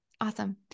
Awesome